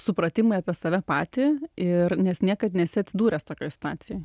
supratimai apie save patį ir nes niekad nesi atsidūręs tokioj situacijoj